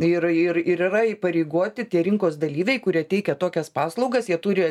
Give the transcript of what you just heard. ir ir yra įpareigoti tie rinkos dalyviai kurie teikia tokias paslaugas jie turi